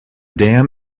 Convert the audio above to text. dam